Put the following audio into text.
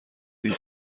دید